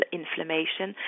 inflammation